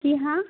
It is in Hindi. जी हाँ